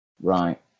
right